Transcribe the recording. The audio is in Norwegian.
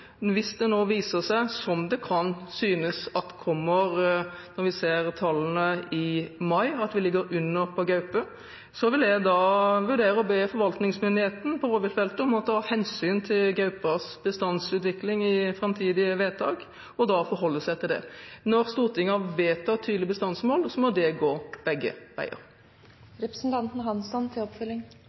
Hvis det viser seg – som det kan synes at det kommer til å gjøre når vi ser tallene i mai – at vi ligger under på gaupe, vil jeg vurdere å be forvaltningsmyndigheten på rovviltfeltet om å ta hensyn til gaupas bestandsutvikling i framtidige vedtak og forholde seg til det. Når Stortinget har vedtatt tydelige bestandsmål, må det gå begge